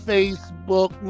Facebook